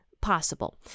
possible